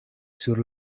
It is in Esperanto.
sur